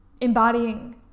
embodying